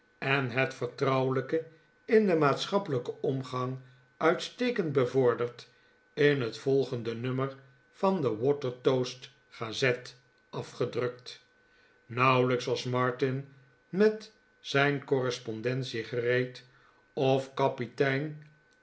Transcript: en het vertrouwelijke in den maatschappelijken omgang uitstekend bevordert in het volgende nummer van de watertoast gazette afgedrukt nauwelijks was martin met zijn correspondence gereed of kapitein